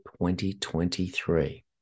2023